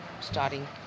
starting